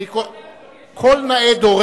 אבל אפשר לבטל, אדוני.